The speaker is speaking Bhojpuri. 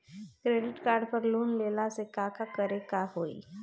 क्रेडिट कार्ड पर लोन लेला से का का करे क होइ?